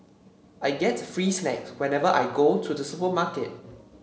I get free snacks whenever I go to the supermarket